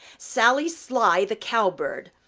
sally sly the cowbird.